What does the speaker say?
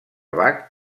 bach